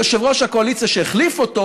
יושב-ראש הקואליציה שהחליף אותו